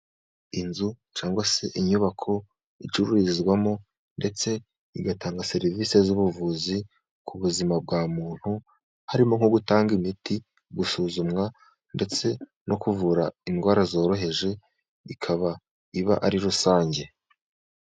Inzu cyangwa se inyubako, icururizwamo ndetse igatanga serivisi z'ubuvuzi, ku buzima bwa muntu, harimo nko gutanga imiti, gusuzumwa ndetse no kuvura indwara zoroheje, ikaba iba ari rusange.